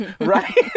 right